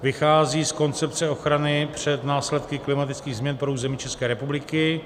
Vychází z koncepce ochrany před následky klimatických změn pro území České republiky.